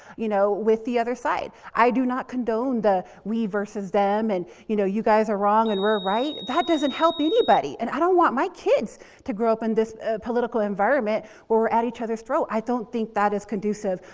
you know, with the other side. i do not condone the we versus them. and you know, you guys are wrong and we're right. that doesn't help anybody. and i don't want my kids to grow up in this political environment where we're at each other's throat. i don't think that is conducive.